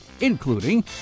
including